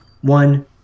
One